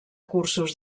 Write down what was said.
cursos